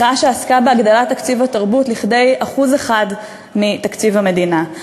מחאה שעסקה בהגדלת תקציב התרבות לכדי 1% מתקציב המדינה,